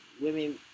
women